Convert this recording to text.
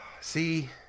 See